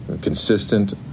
consistent